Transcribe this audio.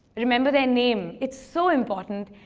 remember their name. it's so important.